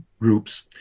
groups